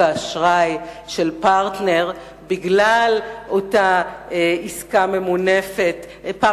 האשראי של "פרטנר" בגלל עסקה ממונפת מפוקפקת.